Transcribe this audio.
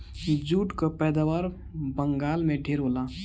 jute कअ पैदावार बंगाल में ढेर होला